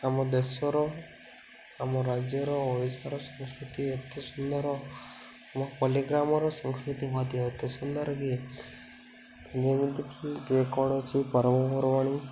ଆମ ଦେଶର ଆମ ରାଜ୍ୟର ଓଡ଼ିଶାର ସଂସ୍କୃତି ଏତେ ସୁନ୍ଦର ଆମ ପଲ୍ଲିଗ୍ରାମର ସଂସ୍କୃତି ମଧ୍ୟ ଏତେ ସୁନ୍ଦର କିି ଯେମିତିକି ଯେକୌଣସି ପର୍ବପର୍ବାଣି